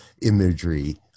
imagery